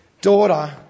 daughter